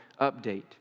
update